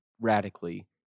radically